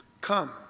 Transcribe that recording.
Come